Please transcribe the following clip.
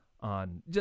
on